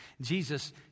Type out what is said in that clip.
Jesus